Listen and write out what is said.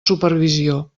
supervisió